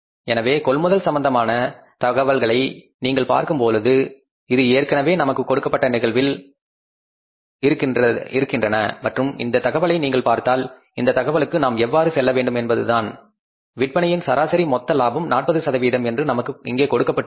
எனவே கொள்முதல் சம்பந்தமான தகவல்களை நீங்கள் பார்க்கும் பொழுது இது ஏற்கனவே நமக்கு கொடுக்கப்பட்ட நிகழ்வில் இருக்கின்றன மற்றும் இந்த தகவலை நீங்கள் பார்த்தால் இந்த தகவலுக்கு நாம் எவ்வாறு செல்ல வேண்டும் என்பதுதான் விற்பனையின் சராசரி மொத்த லாபம் 40 சதவிகிதம் என்று நமக்கு இங்கே கொடுக்கப்பட்டுள்ளது